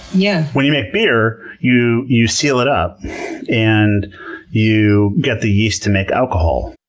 yeah! when you make beer, you you seal it up and you get the yeast to make alcohol.